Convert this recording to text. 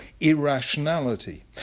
irrationality